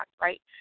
right